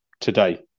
today